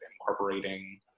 incorporating